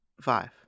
Five